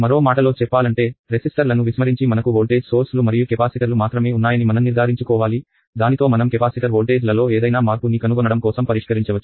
మరో మాటలో చెప్పాలంటే రెసిస్టర్లను విస్మరించి మనకు వోల్టేజ్ సోర్స్ లు మరియు కెపాసిటర్లు మాత్రమే ఉన్నాయని మనంనిర్దారించుకోవాలి దానితో మనం కెపాసిటర్ వోల్టేజ్లలో ఏదైనా మార్పు ని కనుగొనడం కోసం పరిష్కరించవచ్చు